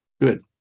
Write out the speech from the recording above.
Good